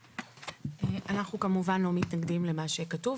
אנחנו כמובן לא מתנגדים למה שכתוב.